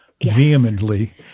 vehemently